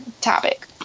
topic